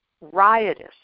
riotous